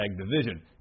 division